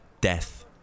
death